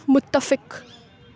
متفق